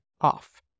off